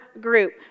group